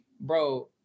bro